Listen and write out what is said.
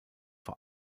vor